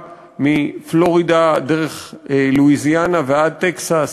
מפלורידה דרך לואיזיאנה ועד טקסס,